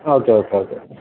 okay okay ಹೌದು